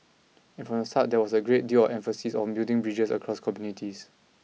and from the start there was a great deal of emphasis on building bridges across communities